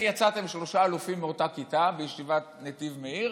יצאתם שלושה אלופים מאותה כיתה מישיבת נתיב מאיר.